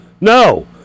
No